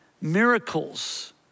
miracles